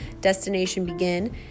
DestinationBegin